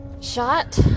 shot